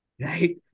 right